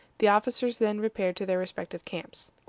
the officers then repaired to their respective camps.